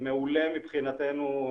מעולה מבחינתנו,